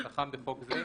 כנוסחם בחוק זה,